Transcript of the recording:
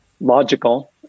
logical